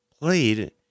played